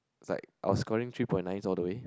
is like I was scoring three point nines all the way